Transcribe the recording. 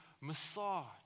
massage